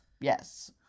Yes